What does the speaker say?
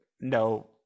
no